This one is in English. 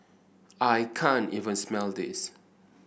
I can't even smell this